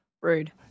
rude